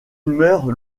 meurt